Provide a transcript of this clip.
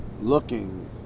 looking